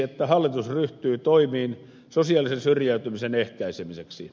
että hallitus ryhtyy toimiin sosiaalisen syrjäytymisen ehkäisemiseksi